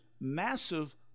massive